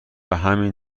همین